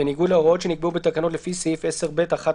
בניגוד להוראות שנקבעו בתקנות לפי סעיף 10(ב)(1)